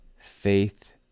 Faith